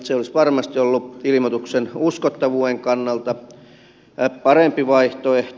se olisi varmasti ollut ilmoituksen uskottavuuden kannalta parempi vaihtoehto